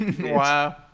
Wow